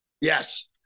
Yes